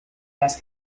las